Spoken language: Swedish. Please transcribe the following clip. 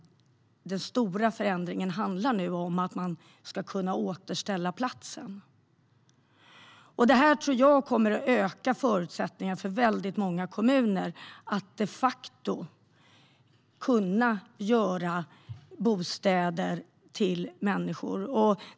Den stora förändringen handlar nu om att man ska kunna återställa platsen. Detta tror jag kommer att öka förutsättningarna för väldigt många kommuner att de facto kunna bygga bostäder till människor.